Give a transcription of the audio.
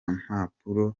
n’impapuro